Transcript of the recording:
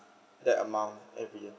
that amount every year